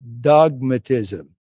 dogmatism